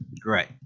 Great